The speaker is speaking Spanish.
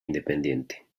independiente